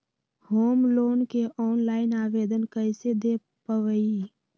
Home loan के online आवेदन कैसे दें पवई?